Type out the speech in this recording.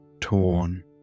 torn